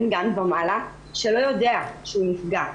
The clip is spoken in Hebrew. שלא יודע שהוא נפגע,